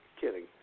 Kidding